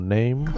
Name